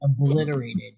obliterated